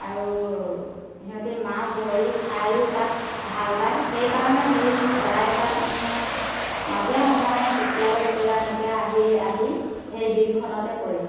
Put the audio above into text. আৰু সিহঁতি মাছ ধৰি খায়ো তাত ভাল পায় সেইকাৰণে সেই চৰাইজাক মানে মাজে সময়ে কেতিয়াবা কেতিয়াবা এনেকৈ আহি আহি সেই বিলখনতে পৰেহি